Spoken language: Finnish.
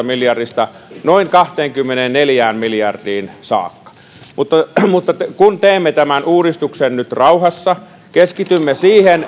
miljardista noin kahteenkymmeneenneljään miljardiin saakka mutta kun teemme tämän uudistuksen nyt rauhassa keskitymme siihen